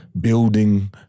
building